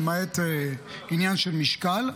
למעט עניין של משקל.